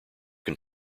have